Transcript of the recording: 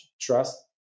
trust